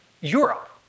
Europe